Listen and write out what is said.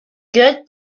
good